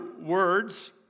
words